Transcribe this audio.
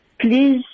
please